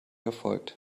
erfolgt